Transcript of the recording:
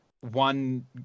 one